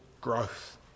growth